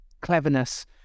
cleverness